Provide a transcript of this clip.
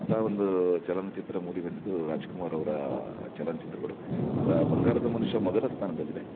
ಅಂತಹ ಒಂದು ಚಲನಚಿತ್ರ ಮೂಡಿ ಬಂದಿದ್ದು ರಾಜ್ಕುಮಾರ್ ಅವರ ಚಲನಚಿತ್ರಗಳು ರ ಬಂಗಾರದ ಮನುಷ್ಯ ಮೊದಲ ಸ್ಥಾನದಲ್ಲಿದೆ